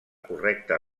correcta